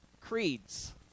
Creeds